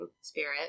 spirit